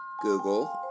Google